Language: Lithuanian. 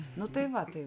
nu tai va tai